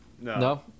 No